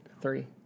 three